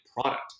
product